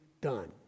done